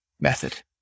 method